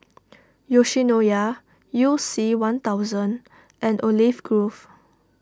Yoshinoya You C one thousand and Olive Grove